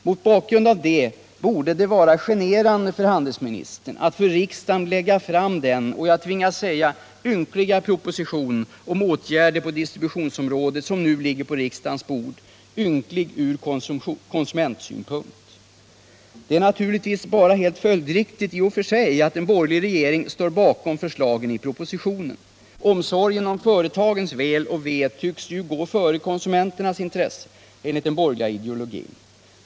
Mot bakgrund av detta borde det vara generande för handelsministern att för riksdagen lägga fram den, jag tvingas säga ynkliga proposition om åtgärder på distributionsområdet som nu ligger på riksdagens bord. Ynklig ur konsumentsynpunkt! Det är naturligtvis bara helt följdriktigt att en borgerlig regering står bakom förslagen i propositionen. Omsorgen om företagens väl och ve tycks ju gå före konsumenternas intresse enligt den borgerliga ideologin.